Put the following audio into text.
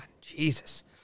Jesus